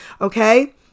okay